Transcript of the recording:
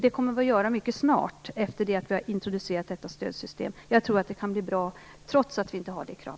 Vi kommer att göra det mycket snart efter det att stödsystemet introducerats. Jag tror att det kan bli bra även utan detta krav.